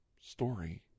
story